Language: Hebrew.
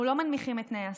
אנחנו לא מנמיכים את תנאי הסף,